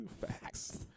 facts